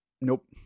Nope